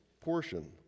portion